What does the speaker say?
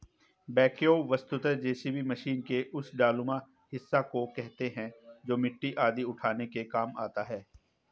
backhoe वस्तुतः JCB machine के उस डालानुमा हिस्सा को कहते हैं जो मिट्टी आदि उठाने के काम आता है